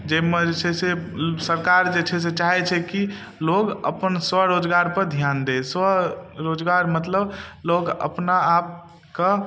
जाहिमे जे छै से सरकार जे छै से चाहय छै की लोग अपन स्वरोजगारपर ध्यान दै स्वरोजगार मतलब लोग अपना आपके